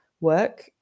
work